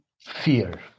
fear